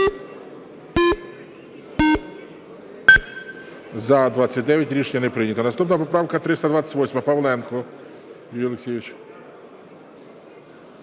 За-29 Рішення не прийнято. Наступна поправка 328. Павленко Юрій Олексійович.